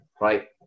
right